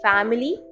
Family